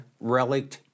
Relic